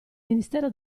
ministero